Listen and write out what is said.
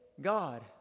God